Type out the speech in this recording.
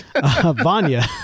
Vanya